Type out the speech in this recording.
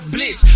Blitz